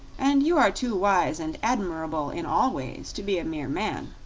and you are too wise and admirable in all ways to be a mere man.